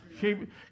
Keep